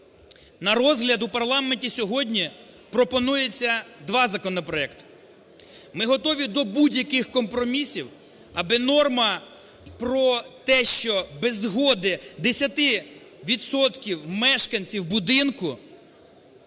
На розгляд у парламенті сьогодні пропонується два законопроекти. Ми готові до будь-яких компромісів аби норма про те, що без згоди 10 відсотків мешканців будинку,